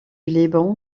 liban